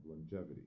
longevity